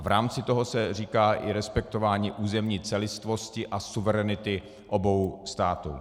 A v rámci toho se říká i respektování územní celistvosti a suverenity obou států.